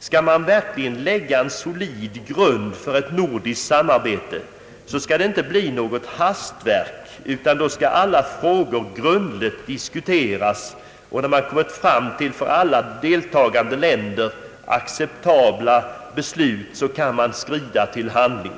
Skall man verkligen lägga en solid grund för ett nordiskt samarbete får det inte bli något hastverk, utan då skall alla frågor grundligt diskuteras, och när man kommit fram till för alla deltagande länder acceptabla beslut kan man skrida till handling.